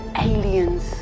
Aliens